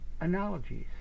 analogies